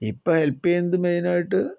ഇപ്പോൾ ഹെൽപ്പ് ചെയ്യുന്നത് മെയിനായിട്ട്